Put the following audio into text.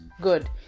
good